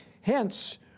HENCE